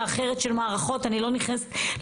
דווקא אוכלוסייה שמגיעה.